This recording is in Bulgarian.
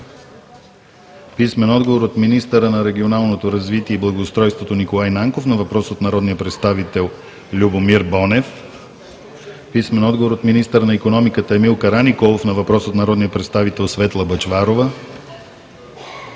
Иглика Събева; - министъра на регионалното развитие и благоустройството Николай Нанков на въпрос от народния представител Любомир Бонев; - министъра на икономиката Емил Караниколов на въпрос от народния представител Светла Бъчварова;